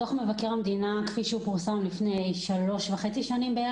דוח מבקר המדינה פורסם לפני כשלוש וחצי שנים.